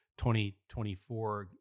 2024